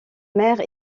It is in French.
mère